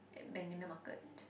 Bendemeer-Market